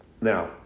Now